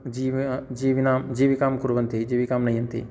जीव् जीविकां जीविकां कुर्वन्ति जीविकां नयन्ति